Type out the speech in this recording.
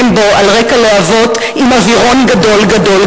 בו על רקע להבות עם אווירון גדול-גדול-גדול,